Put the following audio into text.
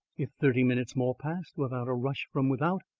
if thirty minutes more passed without a rush from without,